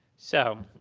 so